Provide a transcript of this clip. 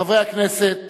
חברי הכנסת,